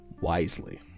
wisely